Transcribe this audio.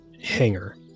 hangar